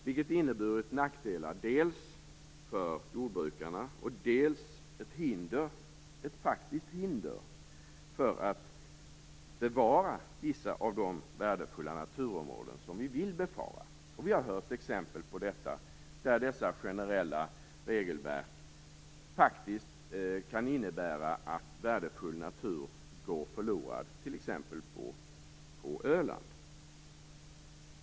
Det har inneburit nackdelar för jordbrukarna men också ett faktiskt hinder för att bevara vissa av de värdefulla naturområden som vi vill bevara. Vi har hört exempel på att dessa generella regelverk kan innebära att värdefull natur går förlorad, t.ex. på Öland.